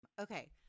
Okay